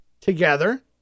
together